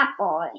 Catboy